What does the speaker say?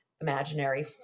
imaginary